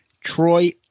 Troy